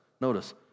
Notice